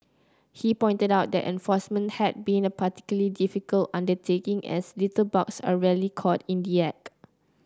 he pointed out that enforcement had been a particular difficult undertaking as litterbugs are rarely caught in the act